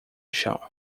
chão